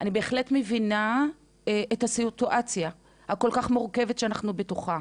אני בהחלט מבינה את הסיטואציה הכל כך מורכבת שאנחנו בתוכה,